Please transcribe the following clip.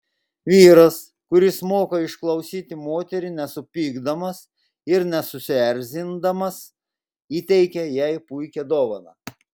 vyras kuris moka išklausyti moterį nesupykdamas ir nesusierzindamas įteikia jai puikią dovaną